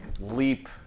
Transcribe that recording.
leap